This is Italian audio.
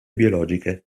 biologiche